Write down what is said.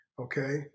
okay